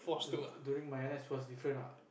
during my N_S was different ah